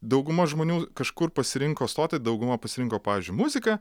dauguma žmonių kažkur pasirinko stoti dauguma pasirinko pavyzdžiui muziką